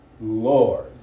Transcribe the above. Lord